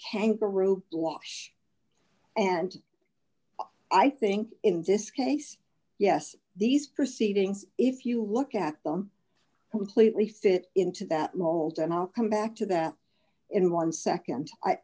kangaroo blush and i think in this case yes these proceedings if you look at them who clearly fit into that mold and i'll come back to that in one second i